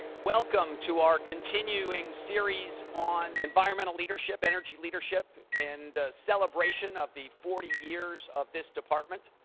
welcome to our continuing series on environmental leadership, energy leadership and celebration of the forty years of this department.